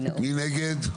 מי נגד?